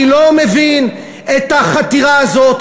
אני לא מבין את החתירה הזאת,